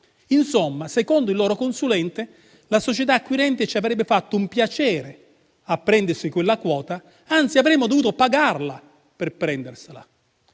Insomma, secondo il loro consulente, la società acquirente ci avrebbe fatto un piacere a prendersi quella quota, anzi, avremmo dovuto pagarla per prendersela.